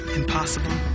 impossible